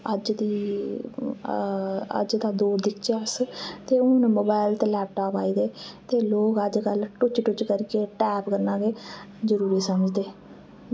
अज्ज दी अज्ज दा दौर दिखचै अस ते हून मोबाईल दे लैपटॉप आई दे ते लोक अज कल टुच्च टुच्च करियै टैप करनै ते जरूरी समझदे